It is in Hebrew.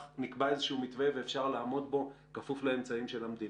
נקבע איזשהו מתווה ואפשר לעמוד בו כפוף לאמצעים של המדינה.